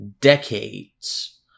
decades